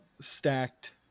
stacked